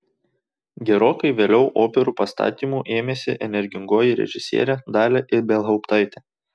gerokai vėliau operų pastatymų ėmėsi energingoji režisierė dalia ibelhauptaitė